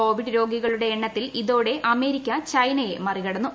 Covid രോഗികളുടെ എണ്ണത്തിൽ ഇതോടെ അമേരിക്ക ചൈനയെ മറികടന്നു